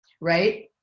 right